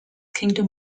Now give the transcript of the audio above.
kingdom